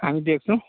हामी देख्छौँ